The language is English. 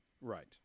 Right